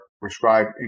prescribed